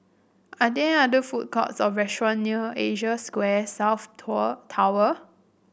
are there other food courts or restaurant near Asia Square South Tall Tower